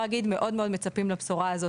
ואפשר להגיד שמאוד מצפים לבשורה הזו,